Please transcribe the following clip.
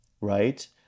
Right